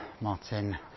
Martin